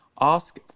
Ask